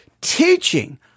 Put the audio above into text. teaching